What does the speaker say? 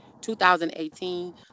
2018